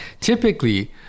typically